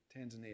Tanzania